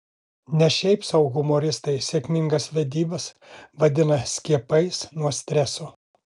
ne šiaip sau humoristai sėkmingas vedybas vadina skiepais nuo streso